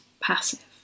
passive